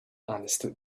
understood